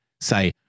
say